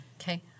Okay